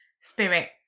spirit